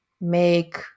make